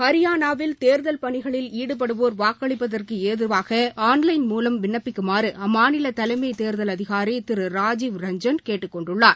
ஹரியானாவில் தேர்தல் பணிகளில் ஈடுபடுவோர் வாக்களிப்பதற்கு ஏதுவாக ஆன்லைன் மூலம் விண்ணப்பிக்குமாறு அம்மாநில தலைமை தேர்தல் அதிகாரி திரு ராஜீவ் ரஞ்ஜன் கேட்டுக் கொண்டுள்ளார்